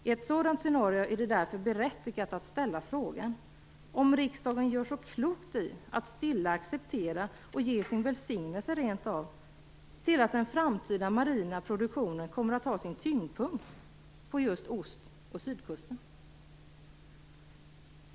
I ett sådant scenario är det därför berättigat att ställa frågan om riksdagen gör så klokt i att stilla acceptera och rent av ge sin välsignelse till att den framtida marina produktionen kommer att ha sin tyngdpunkt på just syd och ostkusten.